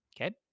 Okay